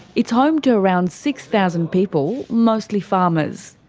it's home to around six thousand people, mostly farmers.